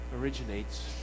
originates